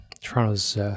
Toronto's